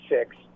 six